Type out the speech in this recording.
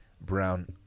brown